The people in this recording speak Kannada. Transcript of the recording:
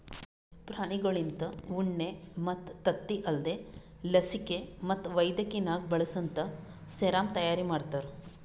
ಪ್ರಾಣಿಗೊಳ್ಲಿಂತ ಉಣ್ಣಿ ಮತ್ತ್ ತತ್ತಿ ಅಲ್ದೇ ಲಸಿಕೆ ಮತ್ತ್ ವೈದ್ಯಕಿನಾಗ್ ಬಳಸಂತಾ ಸೆರಮ್ ತೈಯಾರಿ ಮಾಡ್ತಾರ